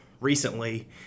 recently